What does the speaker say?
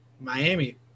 Miami